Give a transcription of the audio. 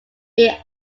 being